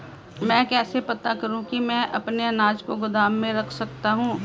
मैं कैसे पता करूँ कि मैं अपने अनाज को गोदाम में रख सकता हूँ?